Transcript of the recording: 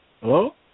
Hello